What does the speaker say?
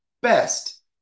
best